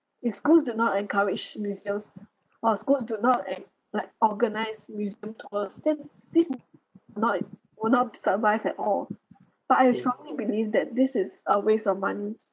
if schools do not encourage museums or school do not en~ like organize museum tours then this art and museums will not and would not be survive at all but I strongly believe that this is a waste of money